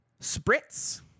spritz